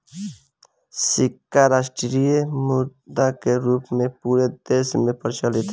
सिक्का राष्ट्रीय मुद्रा के रूप में पूरा देश में प्रचलित होला